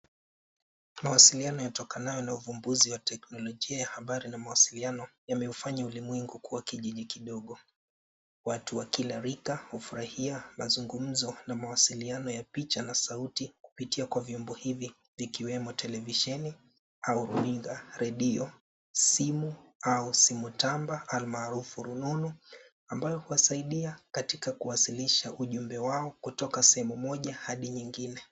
Mawasiliano yatokanao na uvumbuzi wa teknologia ya habari na mawasiliano yameufanya ulimwengu kuwa kijiji kidogo, watu wa kila rika hufurahia mazungumzo na mawasiliano ya picha na sauti kupitia kwa vyombo hivi vikiwemo televisheni au runinga, redio, simu au simu tamba almarufu rununu ambayo huwasaidia katika kuwasilisha ujumbe wao kutoka sehemu moja hadi nyingine.